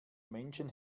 menschen